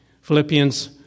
Philippians